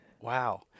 Wow